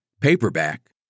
paperback